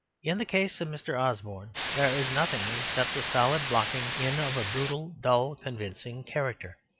in the case of mr. osborne there is nothing except the solid blocking in of a brutal dull convincing character.